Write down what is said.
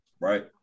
right